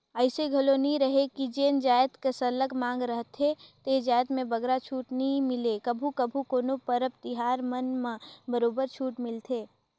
अइसे घलो नी रहें कि जेन जाएत के सरलग मांग रहथे ते जाएत में बगरा छूट नी मिले कभू कभू कोनो परब तिहार मन म बरोबर छूट मिलथे